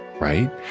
right